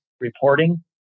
reporting